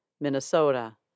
Minnesota